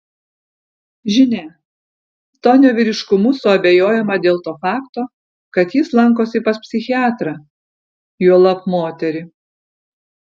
žinia tonio vyriškumu suabejojama dėl to fakto kad jis lankosi pas psichiatrą juolab moterį